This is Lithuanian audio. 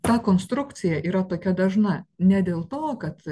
ta konstrukcija yra tokia dažna ne dėl to kad